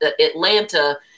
Atlanta